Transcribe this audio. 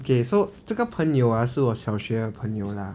okay so 这个朋友 ah 是我小学的朋友 lah